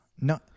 No